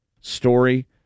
story